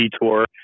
detour